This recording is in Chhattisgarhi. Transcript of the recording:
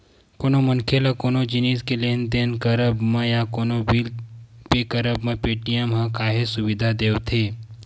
कोनो मनखे ल कोनो जिनिस के लेन देन करब म या कोनो बिल पे करब म पेटीएम ह काहेच सुबिधा देवथे